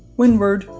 windward,